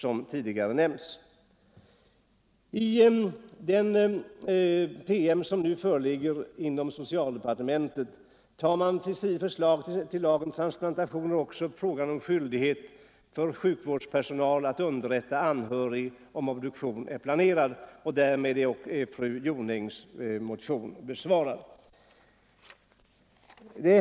I den PM som nu föreligger inom socialdepartementet tar man i anslutning till ett förslag till lag om transplantationer också upp frågan om skyldighet för sjukvårdspersonal att underrätta anhöriga, om obduktion är planerad. Därmed är fru Jonängs motion besvarad.